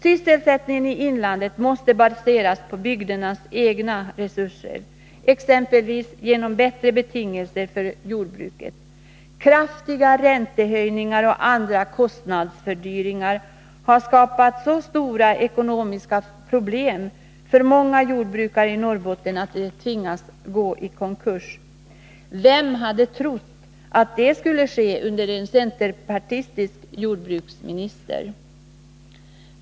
Sysselsättningen i inlandet måste baseras på bygdernas egna resurser, exempelvis genom bättre betingelser för jordbruket. Kraftiga räntehöjningar och andra kostnadsfördyringar har skapat så stora ekonomiska problem för många jordbrukare i Norrbotten att de tvingas gå i konkurs. Vem hade trott att det skulle ske under en centerpartistisk jordbruksminister?